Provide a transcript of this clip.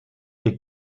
liegt